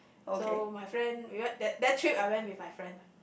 so my friend we went that that trip I went with my friend lah